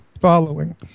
following